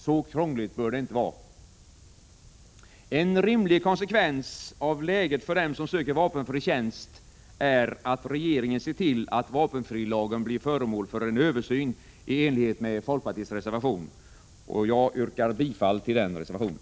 Så krångligt bör det inte vara. En rimlig konsekvens av läget för dem som söker vapenfri tjänst är att regeringen ser till, att vapenfrilagen blir föremål för en översyn i enlighet med folkpartiets reservation. Herr talman! Jag yrkar bifall till reservationen.